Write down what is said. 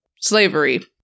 slavery